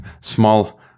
small